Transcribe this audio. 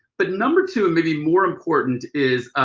but number two, and maybe more important is,